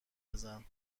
بزن